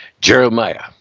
Jeremiah